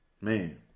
Man